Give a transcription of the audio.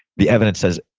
the evidence says,